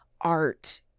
art